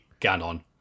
Ganon